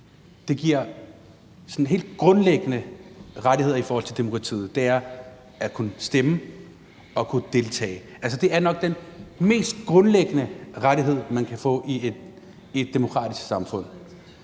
giver helt grundlæggende rettigheder i forhold til demokratiet, og det er at kunne stemme, at kunne deltage? Det er nok den mest grundlæggende rettighed, man kan få i et demokratisk samfund.